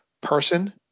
person